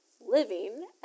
living